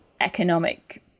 economic